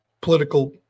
political